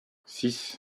six